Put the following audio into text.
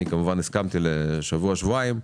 אני כמובן הסכמתי לדחייה בשבוע-שבועיים.